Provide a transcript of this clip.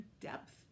depth